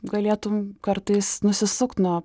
galėtum kartais nusisukt nuo